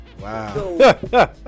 Wow